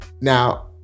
Now